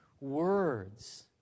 Words